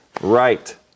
Right